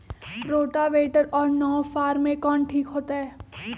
Rotavator और नौ फ़ार में कौन ठीक होतै?